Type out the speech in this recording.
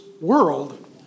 world